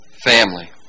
Family